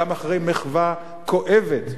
גם אחרי מחווה כואבת,